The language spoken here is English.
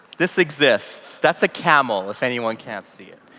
this exists. that's a camel if anyone can't see it.